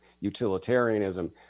utilitarianism